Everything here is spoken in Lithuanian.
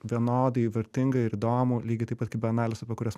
vienodai vertinga ir įdomu lygiai taip pat kaip bienalės apie kurias